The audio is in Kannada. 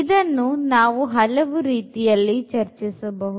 ಇದನ್ನು ನಾವು ಹಲವು ರೀತಿಯಲ್ಲಿ ಚರ್ಚಿಸಬಹುದು